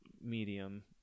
medium